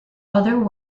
other